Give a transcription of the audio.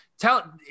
tell